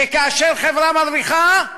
שכאשר חברה מרוויחה,